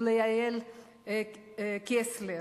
וליעל קסלר.